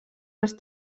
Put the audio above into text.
els